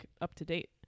up-to-date